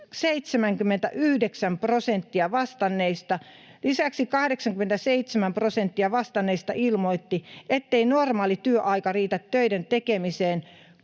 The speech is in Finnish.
Lisäksi 87 prosenttia vastanneista ilmoitti, ettei normaali työaika riitä töiden tekemiseen,